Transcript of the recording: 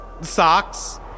Socks